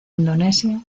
indonesia